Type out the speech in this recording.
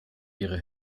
ihre